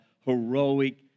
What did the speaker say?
heroic